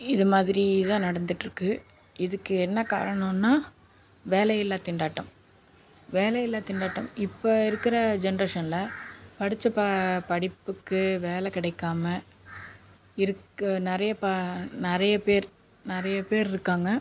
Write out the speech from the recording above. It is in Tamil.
இது மாதிரி தான் நடந்துகிட்டு இருக்குது இதுக்கு என்ன காரணன்னா வேலையில்லா திண்டாட்டம் வேலையில்லா திண்டாட்டம் இப்போ இருக்கின்ற ஜென்ரேஷனில் படித்த படிப்புக்கு வேலை கிடைக்காமா இருக்கற நிறைய நிறைய பேர் நிறைய பேர் இருக்காங்காள்